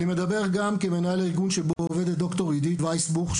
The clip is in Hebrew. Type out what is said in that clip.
אני מדבר גם כמנהל הארגון שבו עובדת ד"ר אידית וייסבוך,